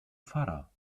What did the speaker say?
pfarrer